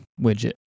widget